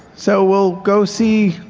so we'll go see,